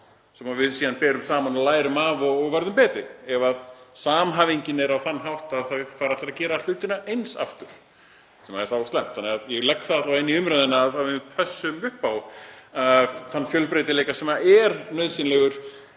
sem við síðan berum saman og lærum og verðum betri. Ef samhæfingin er á þann hátt að það fara allir að gera hlutina eins aftur er það slæmt. Þannig að ég legg það fram í umræðunni að við pössum upp á þann fjölbreytileika sem er nauðsynlegur,